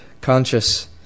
conscious